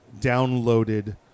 downloaded